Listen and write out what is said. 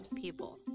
people